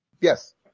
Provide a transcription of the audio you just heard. Yes